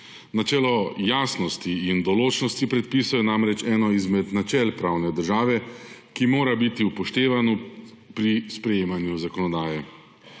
Načelo jasnosti in določnosti predpisov je namreč eno izmed načel pravne države, ki mora biti upoštevano pri sprejemanju zakonodaje.